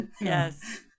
Yes